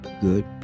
good